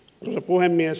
arvoisa puhemies